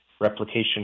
replication